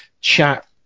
chat